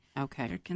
Okay